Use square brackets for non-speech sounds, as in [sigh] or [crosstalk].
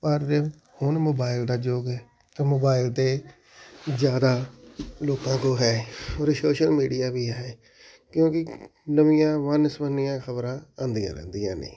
ਪਰ [unintelligible] ਹੁਣ ਮੋਬਾਇਲ ਦਾ ਯੁੱਗ ਹੈ ਅਤੇ ਮੋਬਾਇਲ ਤਾਂ ਜ਼ਿਆਦਾ ਲੋਕਾਂ ਕੋਲ ਹੈ ਔਰ ਸੋਸ਼ਲ ਮੀਡੀਆ ਵੀ ਹੈ ਕਿਉਂਕਿ ਨਵੀਆਂ ਵਨ ਸੁਵੰਨੀਆਂ ਖ਼ਬਰਾਂ ਆਉਂਦੀਆਂ ਰਹਿੰਦੀਆਂ ਨੇ